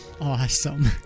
Awesome